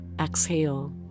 exhale